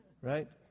right